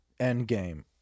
Endgame